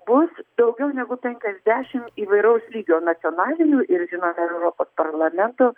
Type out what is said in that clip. bus daugiau negu penkiasdešimt įvairaus lygio nacionalinių ir žinoma europos parlamento